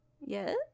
Yes